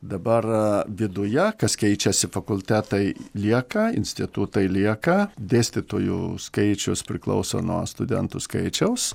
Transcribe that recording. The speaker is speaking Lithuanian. dabar viduje kas keičiasi fakultetai lieka institutai lieka dėstytojų skaičius priklauso nuo studentų skaičiaus